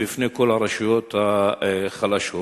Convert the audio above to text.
בפני כל הרשויות החלשות,